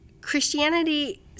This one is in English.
Christianity